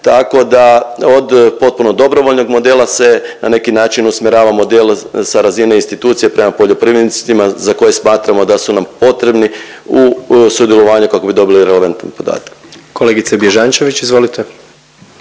tako da od potpuno dobrovoljnog modela se na neki način usmjerava model za razine institucije prema poljoprivrednicima za koje smatramo da su nam potrebni u sudjelovanju kako bi dobili relevantne podatke. **Jandroković, Gordan